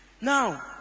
now